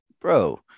bro